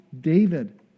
David